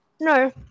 No